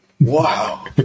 Wow